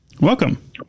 Welcome